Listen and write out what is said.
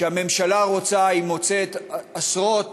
כשהממשלה רוצה היא מוצאת עשרות